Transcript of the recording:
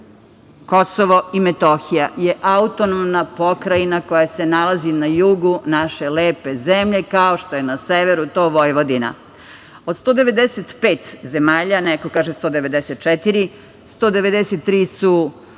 Kosovo i Metohija je autonomna pokrajina koja se nalazi na jugu naše lepe zemlje, kao što je na severu to Vojvodina. Od 195 zemalja, neko kaže 194, 193 su